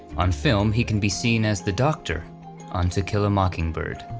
on film he can be seen as the doctor on to kill a mockingbird.